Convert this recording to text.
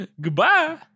Goodbye